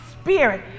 spirit